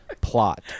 plot